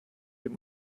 dem